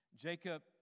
Jacob